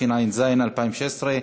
התשע"ז 2016,